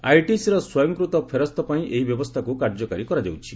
ଆଇଟିସିର ସ୍ୱୟଂକୂତ ଫେରସ୍ତ ପାଇଁ ଏହି ବ୍ୟବସ୍ଥାକୁ କାର୍ଯ୍ୟକାରୀ କରାଯାଉଛି